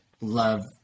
love